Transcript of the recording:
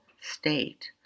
state